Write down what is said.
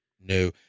No